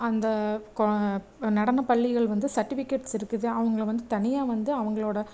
அந்த கொ நடனப்பள்ளிகள் வந்து செர்டிஃபிகேட்ஸ் இருக்குது அவங்கள வந்து தனியாக வந்து அவங்களோட